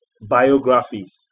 biographies